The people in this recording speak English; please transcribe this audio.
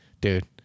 Dude